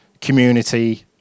community